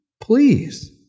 please